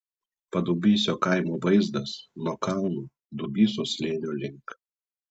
padubysio kaimo vaizdas nuo kalno dubysos slėnio link